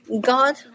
God